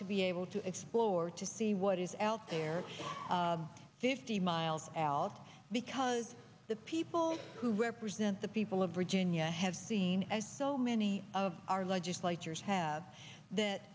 to be able to explore to see what is out there fifty miles out because the people who represent the people of virginia have seen as so many of our legislators have that